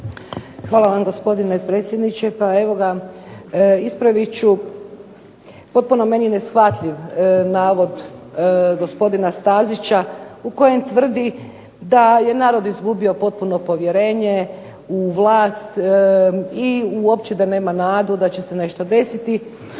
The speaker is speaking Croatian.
Hvala vam gospodine predsjedniče. Pa evo ga, ispravit ću potpuno meni neshvatljiv navod gospodina Stazića u kojem tvrdi da je narod izgubio potpuno povjerenje u vlast i uopće da nema nadu da će se nešto desiti.